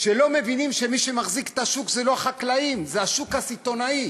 כשלא מבינים שמי שמחזיקים את השוק אלה לא החקלאים אלא השוק הסיטונאי.